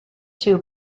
two